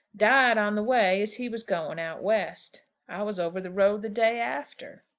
died on the way as he was going out west. i was over the road the day after.